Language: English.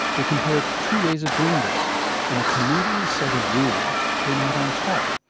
they compared two ways of doing this and a canadian set of rules came out on top.